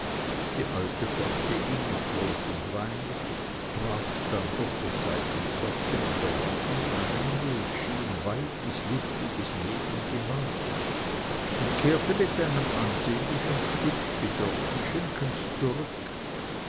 die alte folgte ihm mit brot und wein trat dann durch das seitenpförtchen in der wand in ein wie es schien weites luftiges nebengemach und kehrte mit einem ansehnlichen stück gedörrten schinkens zurück